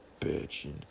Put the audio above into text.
bitching